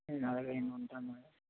అలాగే అండి ఉంటాను